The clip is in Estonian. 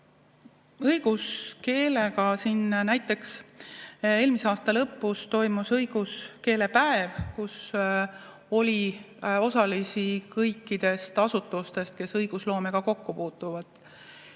arenema? Aitäh! Näiteks eelmise aasta lõpus toimus õiguskeelepäev, kus oli osalisi kõikidest asutustest, kes õigusloomega kokku puutuvad,